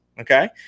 Okay